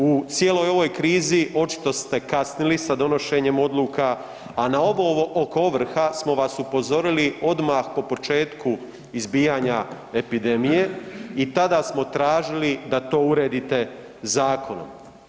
U cijeloj ovoj krizi očito ste kasnili sa donošenjem odluka, a na ovo oko ovrha smo vas upozorili odmah po početku izbijanja epidemije i tada smo tražili da to uredite zakonom.